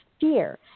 fear